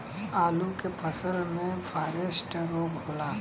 आलू के फसल मे फारेस्ट रोग होला?